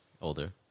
older